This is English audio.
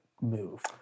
move